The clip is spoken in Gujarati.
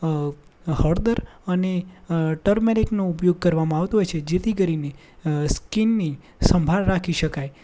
હળદર અને ટર્મરિકનો ઉપયોગ કરવામાં આવતો હોય છે જેથી કરીને સ્કિનની સંભાળ રાખી શકાય